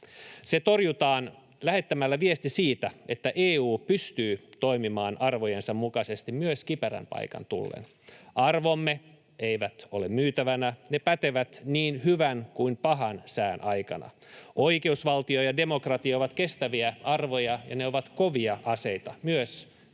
Se torjutaan lähettämällä viesti siitä, että EU pystyy toimimaan arvojensa mukaisesti myös kiperän paikan tullen. Arvomme eivät ole myytävänä, ne pätevät niin hyvän kuin pahan sään aikana. Oikeusvaltio ja demokratia ovat kestäviä arvoja, ja ne ovat kovia aseita myös tällaisessa